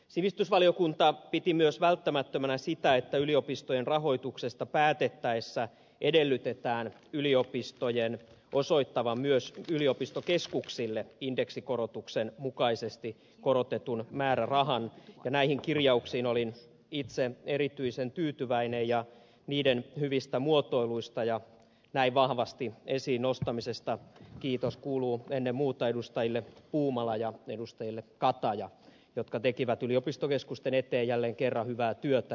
sivistysvaliokunta piti myös välttämättömänä sitä että yliopistojen rahoituksesta päätettäessä edellytetään yliopistojen osoittavan myös yliopistokeskuksille indeksikorotuksen mukaisesti korotetun määrärahan ja näihin kirjauksiin olin itse erityisen tyytyväinen ja niiden hyvistä muotoiluista ja näin vahvasti esiin nostamisesta kiitos kuuluu ennen muuta edustajille puumala ja kataja jotka tekivät yliopistokeskusten eteen jälleen kerran hyvää työtä